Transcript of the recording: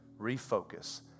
refocus